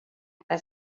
eta